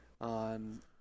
on